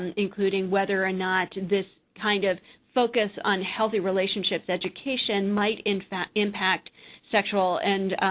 and including whether or not this kind of focus on healthy relationship education might in fact impact sexual and